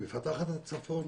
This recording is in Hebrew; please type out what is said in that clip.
מפתחת את הצפון,